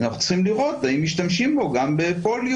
אנחנו צריכים לראות האם משתמשים בו גם בפוליו,